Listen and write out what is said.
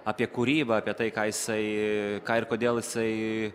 apie kūrybą apie tai ką jisai ką ir kodėl jisai